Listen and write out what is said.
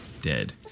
Dead